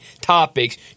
topics